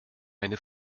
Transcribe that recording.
eine